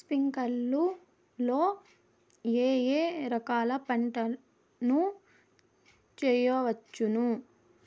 స్ప్రింక్లర్లు లో ఏ ఏ రకాల పంటల ను చేయవచ్చును?